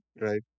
Right